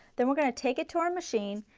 then we are going to take it to our machine,